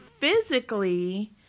physically